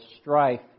strife